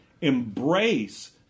Embrace